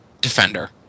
Defender